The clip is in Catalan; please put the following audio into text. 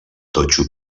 totxo